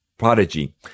Prodigy